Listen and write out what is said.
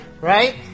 Right